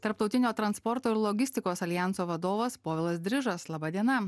tarptautinio transporto ir logistikos aljanso vadovas povilas drižas laba diena